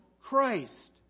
Christ